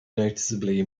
noticeably